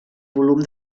volum